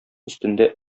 өстендә